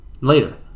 later